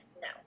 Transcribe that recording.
no